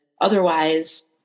otherwise